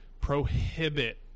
prohibit